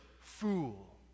fool